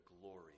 glory